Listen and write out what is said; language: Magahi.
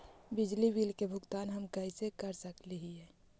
बिजली बिल के भुगतान हम कैसे कर सक हिय?